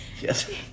Yes